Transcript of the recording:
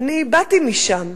אני באתי משם,